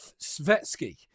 Svetsky